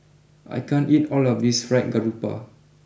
I can't eat all of this Fried Garoupa